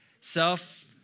Self